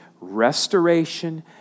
restoration